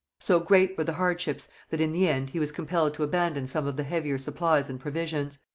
so great were the hardships that, in the end, he was compelled to abandon some of the heavier supplies and provisions.